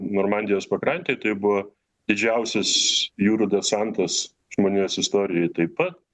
normandijos pakrantėje tai buvo didžiausias jūrų desantas žmonijos istorijoje taip pat